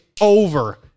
over